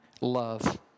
love